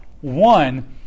One